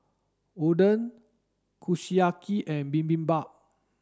Oden Kushiyaki and Bibimbap